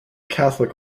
catholic